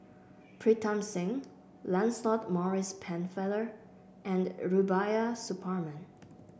Pritam Singh Lancelot Maurice Pennefather and Rubiah Suparman